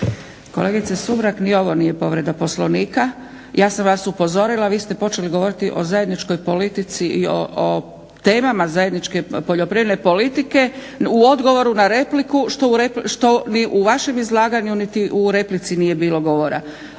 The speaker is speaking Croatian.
Kolegice Sumrak ni ovo nije povreda Poslovnika. Ja sam vas upozorila. Vi ste počeli govoriti o zajedničkoj politici i o temama zajedničke poljoprivredne politike u odgovoru na repliku što ni u vašem izlaganju niti u replici nije bilo govora.